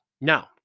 Now